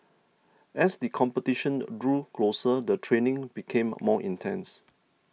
as the competition drew closer the training became more intense